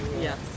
Yes